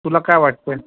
तुला काय वाटतं आहे